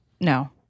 No